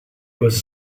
was